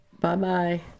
Bye-bye